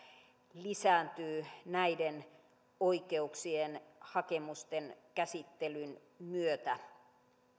lisääntyy näiden oikeuksien hakemusten käsittelyn myötä